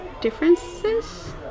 differences